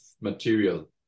material